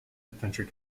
adventure